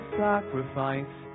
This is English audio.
sacrifice